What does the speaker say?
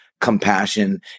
compassion